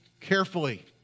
carefully